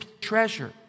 treasure